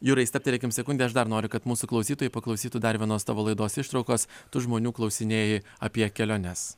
jurai stabtelėkim sekundę aš dar noriu kad mūsų klausytojai paklausytų dar vienos tavo laidos ištraukos tu žmonių klausinėji apie keliones